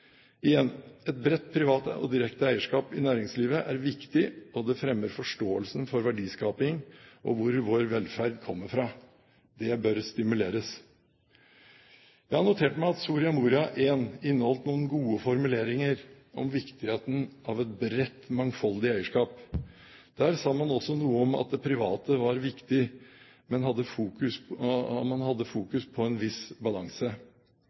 Igjen: Et bredt privat og direkte eierskap i næringslivet er viktig, og det fremmer forståelsen for verdiskaping og hvor vår velferd kommer fra. Det bør stimuleres. Jeg har notert meg at Soria Moria I inneholdt noen gode formuleringer om viktigheten av et bredt, mangfoldig eierskap. Der sa man også noe om at det private var viktig, og man hadde fokus på en viss balanse.